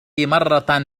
مرة